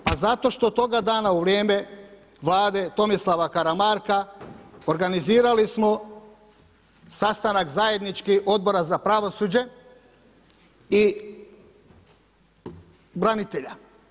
Pa zato što toga dana u vrijeme Vlade Tomislava Karamarka, organizirali smo sastanak zajednički Odbora za pravosuđe i branitelja.